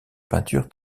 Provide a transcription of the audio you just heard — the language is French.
peinture